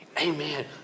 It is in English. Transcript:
Amen